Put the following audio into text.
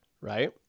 right